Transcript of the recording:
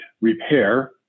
repair